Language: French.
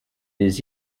des